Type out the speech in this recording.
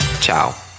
Ciao